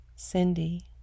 Cindy